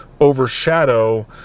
overshadow